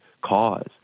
cause